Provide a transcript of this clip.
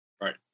Right